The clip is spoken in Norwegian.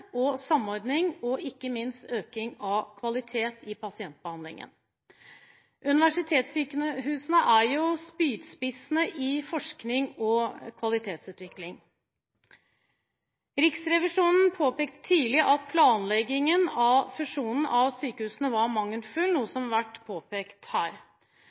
og samordning, og ikke minst økning av kvalitet i pasientbehandlingen. Universitetssykehusene er spydspissene i forskning og kvalitetsutvikling. Riksrevisjonen påpekte tidlig at planleggingen av fusjonen av sykehusene var mangelfull, noe som har vært påpekt her